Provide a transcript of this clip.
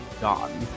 gone